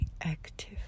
active